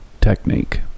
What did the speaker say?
technique